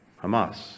Hamas